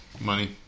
Money